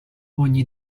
ogni